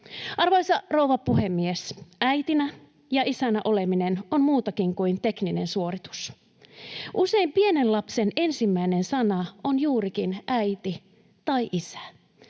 Arvoisa rouva puhemies! Äitinä ja isänä oleminen on muutakin kuin tekninen suoritus. Usein pienen lapsen ensimmäinen sana on juurikin ”äiti” tai ”isä”.